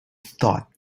thought